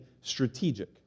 strategic